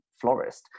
florist